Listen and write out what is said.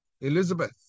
Elizabeth